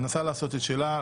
מנסה לעשות את שלה,